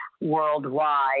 worldwide